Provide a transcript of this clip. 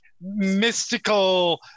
mystical